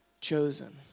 Chosen